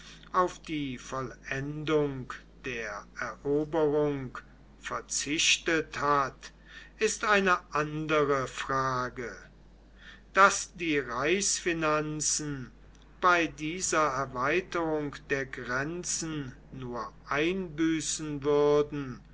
auf die vollendung der eroberung verzichtet hat ist eine andere frage daß die